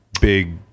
big